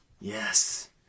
Yes